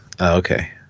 Okay